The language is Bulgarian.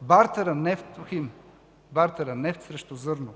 бартера „Нефтохим” – нефт срещу зърно.